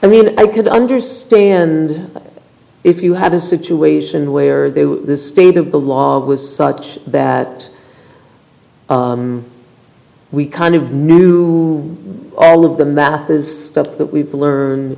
i mean i could understand if you had a situation where they were the state of the law was such that we kind of knew all of the math is stuff that we've learned